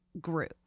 group